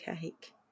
cake